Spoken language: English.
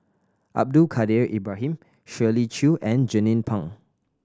Abdul Kadir Ibrahim Shirley Chew and Jernnine Pang